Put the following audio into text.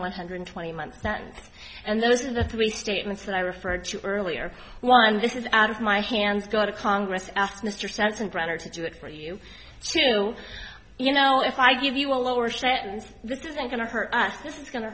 one hundred twenty month sentence and those are the three statements that i referred to earlier one this is out of my hands go to congress ask mr sensenbrenner to do it for you too you know if i give you a lower shit and this isn't going to hurt us this is going to